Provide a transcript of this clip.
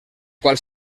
qual